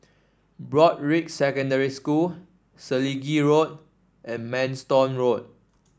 Broadrick Secondary School Selegie Road and Manston Road